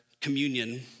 communion